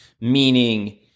Meaning